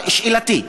אבל שאלתי.